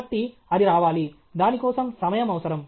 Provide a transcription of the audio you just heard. కాబట్టి అది రావాలి దాని కోసం సమయం అవసరం